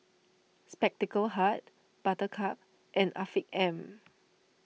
Spectacle Hut Buttercup and Afiq M